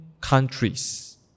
countries